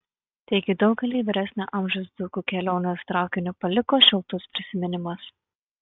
taigi daugeliui vyresnio amžiaus dzūkų kelionės traukiniu paliko šiltus prisiminimus